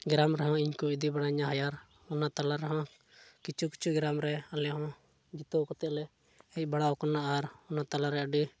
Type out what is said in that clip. ᱜᱨᱟᱢ ᱨᱮᱦᱚᱸ ᱤᱧ ᱠᱚ ᱤᱫᱤ ᱵᱟᱲᱟᱧᱟ ᱦᱟᱭᱟᱨ ᱚᱱᱟ ᱛᱟᱞᱟ ᱨᱮᱦᱚᱸ ᱠᱤᱪᱷᱩ ᱠᱤᱪᱷᱩ ᱜᱨᱟᱢ ᱨᱮ ᱟᱞᱮ ᱦᱚᱸ ᱡᱤᱛᱟᱹᱣ ᱠᱟᱛᱮᱫ ᱞᱮ ᱦᱮᱡ ᱵᱟᱲᱟᱣ ᱠᱟᱱᱟ ᱟᱨ ᱚᱱᱟ ᱛᱟᱞᱟ ᱨᱮ ᱟᱹᱰᱤ